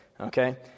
Okay